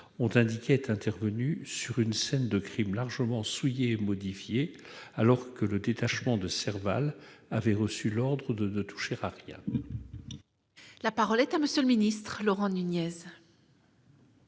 ont indiqué être intervenus sur une scène de crime largement souillée et modifiée, alors que le détachement de Serval avait reçu l'ordre de ne toucher à rien. Que pouvez-vous nous dire à ce sujet